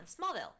smallville